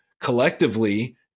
collectively